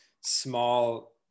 small